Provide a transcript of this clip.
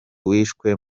wiciwe